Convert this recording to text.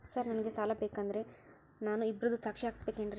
Sir ನನಗೆ ಸಾಲ ಬೇಕಂದ್ರೆ ನಾನು ಇಬ್ಬರದು ಸಾಕ್ಷಿ ಹಾಕಸಬೇಕೇನ್ರಿ?